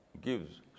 gives